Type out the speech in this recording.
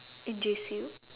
in J_C